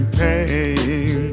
pain